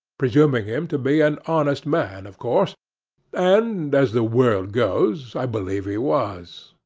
presuming him to be an honest man, of course and as the world goes, i believe he was.